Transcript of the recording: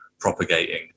propagating